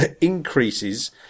increases